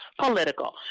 political